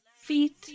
feet